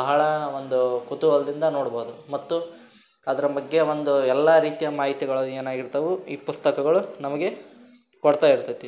ಬಹಳ ಒಂದು ಕುತೂಹಲ್ದಿಂದ ನೋಡ್ಬೋದು ಮತ್ತು ಅದರ ಬಗ್ಗೆ ಒಂದು ಎಲ್ಲ ರೀತಿಯ ಮಾಹಿತಿಗಳು ಏನಾಗಿರ್ತವೆ ಈ ಪುಸ್ತಕಗಳು ನಮಗೆ ಕೊಡ್ತಾ ಇರ್ತದೆ